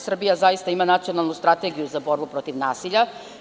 Srbija zaista ima Nacionalnu strategiju za borbu protiv nasilja.